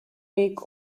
weg